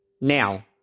Now